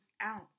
out